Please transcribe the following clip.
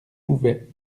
pouvait